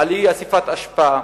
על אי-איסוף אשפה,